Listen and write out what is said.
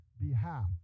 behalf